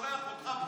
ושולח אותך?